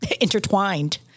intertwined